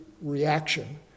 reaction